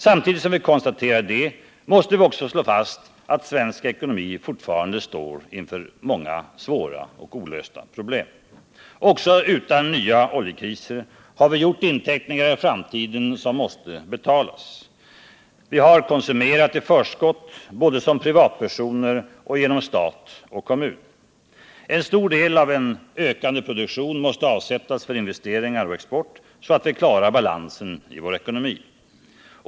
Samtidigt som vi konstaterar det måste vi också slå fast att svensk ekonomi fortfarande står inför svåra och olösta problem. Också utan nya oljekriser har vi gjort inteckningar i framtiden som måste betalas. Vi har konsumerat i förskott, både som privatpersoner och genom stat och kommun. En stor del av en ökande produktion måste avsättas för investeringar och export, så att vi klarar balansen i vår ekonomi.